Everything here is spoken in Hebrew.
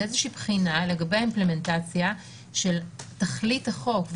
היא בחינה לגבי האימפלמנטציה של תכלית החוק.